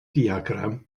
diagram